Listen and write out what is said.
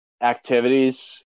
activities